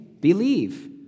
believe